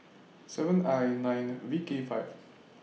seven I nine V K five